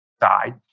side